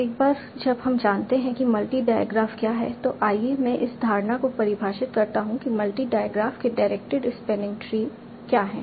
अब एक बार जब हम जानते हैं कि मल्टी डायग्राफ क्या है तो आइए मैं इस धारणा को परिभाषित करता हूं कि मल्टी डायग्राफ के डायरेक्टेड स्पैनिंग ट्री क्या हैं